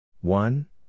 One